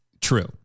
True